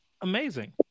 Amazing